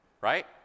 right